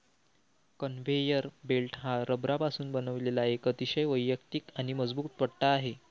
conveyor belt हा रबरापासून बनवलेला एक अतिशय वैयक्तिक आणि मजबूत पट्टा आहे